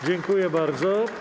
Dziękuję bardzo.